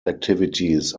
activities